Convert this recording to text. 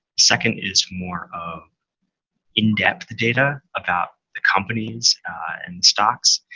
second is more of in-depth data about the companies and stocks.